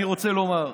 אני רוצה לומר,